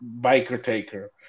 biker-taker